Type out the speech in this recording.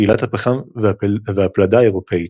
קהילת הפחם והפלדה האירופית,